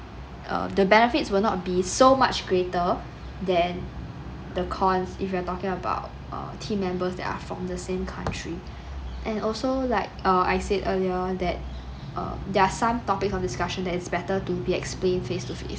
err the benefits will not be so much greater than the cons if you're talking about uh team members that are from the same country and also like uh I said earlier that err there're some topics of discussion that is better to be explained face to face